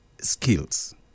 skills